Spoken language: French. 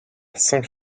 cinq